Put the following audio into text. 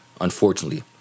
Unfortunately